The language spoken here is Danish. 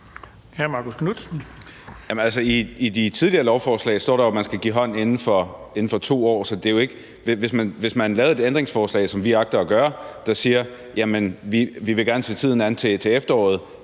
I det tidligere lovforslag står der jo, at man skal give hånd inden for 2 år, så hvis man lavede et ændringsforslag, som vi agter at gøre, der siger, at vi gerne vil se tiden an til efteråret,